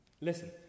Listen